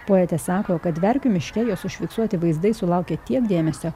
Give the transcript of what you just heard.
poetė sako kad verkių miške jos užfiksuoti vaizdai sulaukė tiek dėmesio